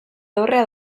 dorrea